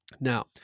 Now